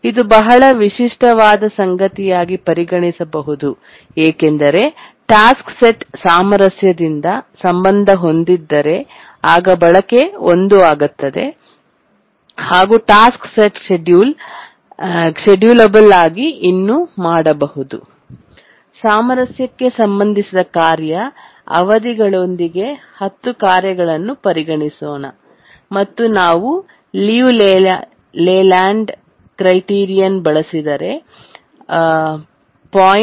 ಇದು ಬಹಳ ವಿಶಿಷ್ಟವಾದ ಸಂಗತಿಯಾಗಿ ಪರಿಗಣಿಸಬಹುದು ಏಕೆಂದರೆ ಟಾಸ್ಕ್ ಸೆಟ್ ಸಾಮರಸ್ಯದಿಂದ ಸಂಬಂಧ ಹೊಂದಿದ್ದರೆ ಆಗ ಬಳಕೆ 1 ಆಗುತ್ತದೆ ಹಾಗೂ ಟಾಸ್ಕ್ ಸೆಟ್ ಶೆಡ್ಯೂಲ್ ಅಬಲ್ ಯಾಗಿ ಇನ್ನೂ ಮಾಡಬಹುದು ಸಾಮರಸ್ಯಕ್ಕೆ ಸಂಬಂಧಿಸಿದ ಕಾರ್ಯ ಅವಧಿಗಳೊಂದಿಗೆ 10 ಕಾರ್ಯಗಳನ್ನು ಪರಿಗಣಿಸೋಣ ಮತ್ತು ನಾವು ಲಿಯು ಲೇಲ್ಯಾಂಡ್ ಕ್ರೈಟೀರಿಯನ್ ಬಳಸಿದರೆ 0